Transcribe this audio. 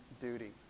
duty